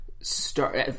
start